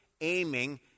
aiming